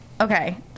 okay